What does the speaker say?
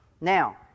Now